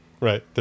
Right